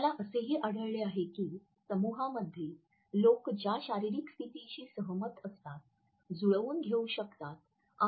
त्याला असेही आढळले आहे की समूहामध्ये लोक ज्या शारीरिक स्थितीशी सहमत असतात जुळवून घेऊ शकतात